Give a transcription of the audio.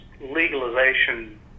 legalization